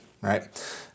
Right